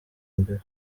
imbere